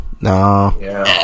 No